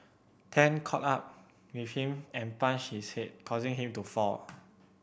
Tan caught up with him and punched his head causing him to fall